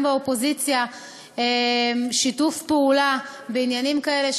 באופוזיציה שיתוף פעולה בעניינים כאלה.